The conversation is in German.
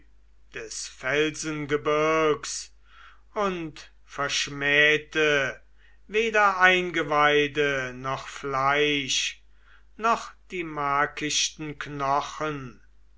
des felsengebirgs und verschmähte weder eingeweide noch fleisch noch die markichten knochen